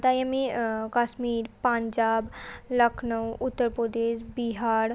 তাই আমি কাশ্মীর পাঞ্জাব লখনৌ উত্তরপ্রদেশ বিহার